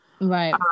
right